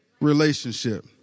Relationship